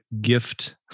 gift